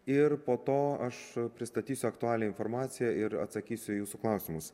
ir po to aš pristatysiu aktualią informaciją ir atsakysiu į jūsų klausimus